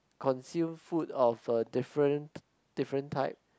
consume food of uh different different type